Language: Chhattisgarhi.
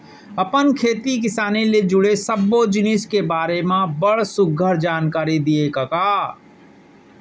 अपन खेती किसानी ले जुड़े सब्बो जिनिस के बारे म बड़ सुग्घर जानकारी दिए कका